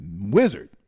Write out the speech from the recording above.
wizard